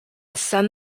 send